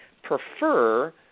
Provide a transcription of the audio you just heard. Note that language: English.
prefer